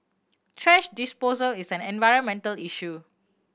thrash disposal is an environmental issue